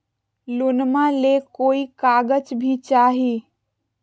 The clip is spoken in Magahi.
लोनमा ले कोई कागज भी चाही?